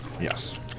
yes